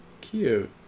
Cute